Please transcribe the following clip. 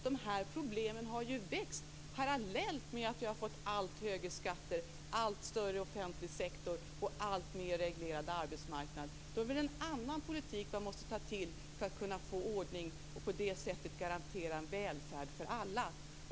Dessa problem har ju växt parallellt med att vi har fått allt högre skatter, allt större offentlig sektor och en alltmer reglerad arbetsmarknad. Man måste ta till en annan politik för att man skall kunna få ordning och på det sättet garantera en välfärd för alla.